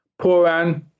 Pooran